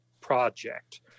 project